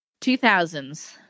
2000s